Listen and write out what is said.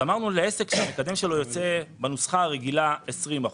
אמרנו: לעסק שהמקדם שלו יוצא בנוסחה הרגילה 20%,